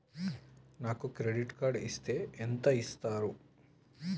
నాకు credit card ఇస్తే ఎంత ఇస్తరు?